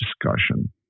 discussion